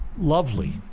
lovely